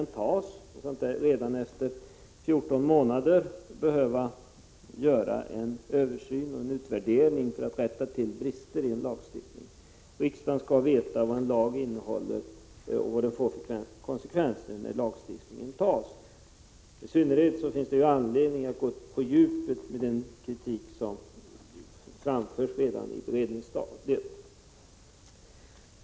Vi skall inte redan efter 14 månader behöva företa en översyn och utvärdering för att rätta till brister i en lag. Riksdagen skall, då lagen antas, veta vad den innehåller och vilka konsekvenser den får. Det finns i synnerhet anledning att djupt besinna den kritik som framförs redan på beredningsstadiet.